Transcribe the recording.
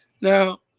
Now